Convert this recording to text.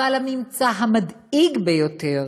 אבל הממצא המדאיג ביותר